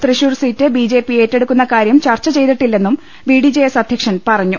Thrissur seat BJP ഏറ്റെടുക്കുന്ന കാര്യം ചർച്ച ചെയ്തിട്ടില്ലെന്നും ബിഡി ജെഎസ് അധ്യക്ഷൻ പറഞ്ഞു